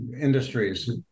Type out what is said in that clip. industries